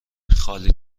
خالی